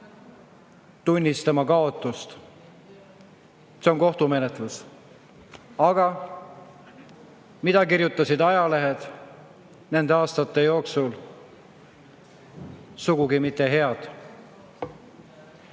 tunnistama kaotust. See on kohtumenetlus. Aga mida kirjutasid ajalehed nende aastate jooksul? Sugugi mitte head.